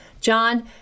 John